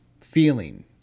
feeling